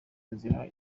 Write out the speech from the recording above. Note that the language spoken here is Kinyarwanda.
inzira